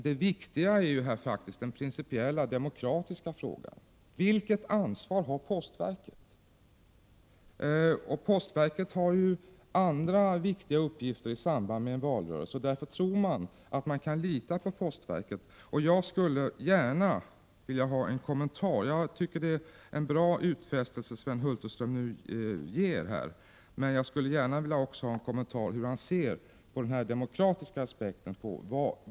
Det viktiga är den principiella, den demokratiska frågan: Vilket ansvar har postverket? Postverket har ju andra viktiga uppgifter i samband med en valrörelse. Därför tror man att man kan lita på postverket. Jag skulle gärna vilja få en kommentar. Sven Hulterström ger en bra utfästelse men jag skulle även vilja få en kommentar till den demokratiska aspekten.